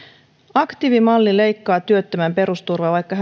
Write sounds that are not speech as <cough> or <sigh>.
aktiivimalli leikkaa työttömän perusturvaa vaikka <unintelligible>